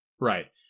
Right